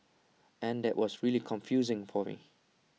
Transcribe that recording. and that was really confusing for me